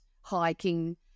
hiking